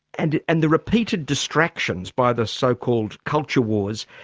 and and the repeated distractions by the so-called culture wars,